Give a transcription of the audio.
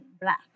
black